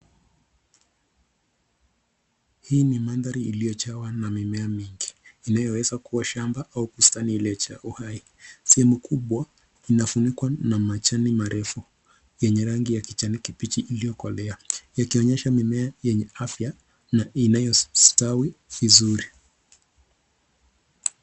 Hii ni mandhari iliojawa na mimea mingi inayowezakua shamba au bustani ile cha uhai, sehemu kubwa imefunikwa na majani marefu yenye rangi ya kijani kibichi iliyokolea ikionyesha mimea yenye afya na inayostawi vizuri.